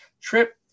Trip